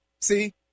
see